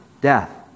Death